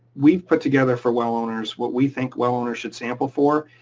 we've put together for well owners what we think well owners should sample for,